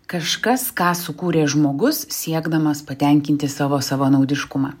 kažkas ką sukūrė žmogus siekdamas patenkinti savo savanaudiškumą